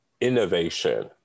innovation